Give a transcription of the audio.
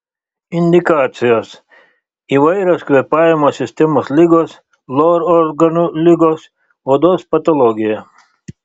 indikacijos įvairios kvėpavimo sistemos ligos lor organų ligos odos patologija